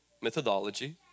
methodology